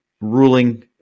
ruling